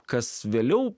kas vėliau